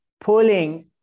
pulling